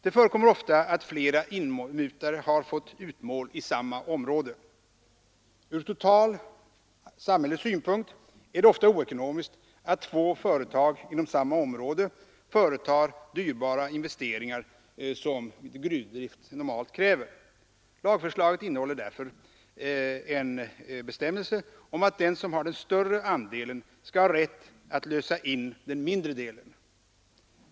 Det förekommer ofta att flera inmutare har fått utmål i samma område. Från samhällets synpunkt är det ofta oekonomiskt att två företag inom samma område företar de dyrbara investeringar som gruvdrift normalt kräver. Lagförslaget innehåller därför en bestämmelse om att den som har den större andelen skall ha rätt att lösa in den mindre delen.